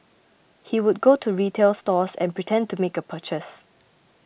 he would go to retail stores and pretend to make a purchase